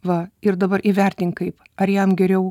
va ir dabar įvertink kaip ar jam geriau